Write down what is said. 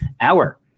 hour